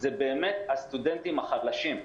אלו באמת הסטודנטים החלשים.